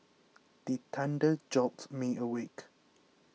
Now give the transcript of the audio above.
the thunder jolt me awake